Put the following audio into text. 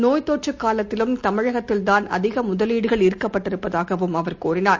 நோய் தொற்று காலத்திலும் தமிழகத்தில்தாள் அதிக முதலீடுகள் ார்க்கப்பட்டிருப்பதாகவும் அவர் கூறினார்